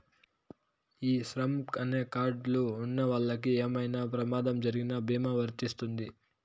ఈ శ్రమ్ అనే కార్డ్ లు ఉన్నవాళ్ళకి ఏమైనా ప్రమాదం జరిగిన భీమా వర్తిస్తుంది